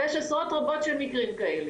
ויש עשרות רבות של מקרים כאלה.